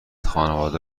خانواده